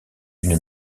une